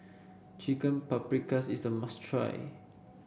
Chicken Paprikas is a must try